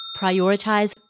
prioritize